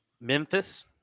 Memphis